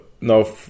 no